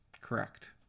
Correct